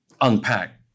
unpack